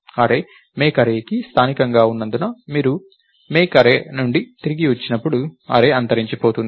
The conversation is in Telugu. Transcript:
అర్రే make arrayకి స్థానికంగా ఉన్నందున మీరు make array నుండి తిరిగి వచ్చినప్పుడు అర్రే అంతరించిపోతుంది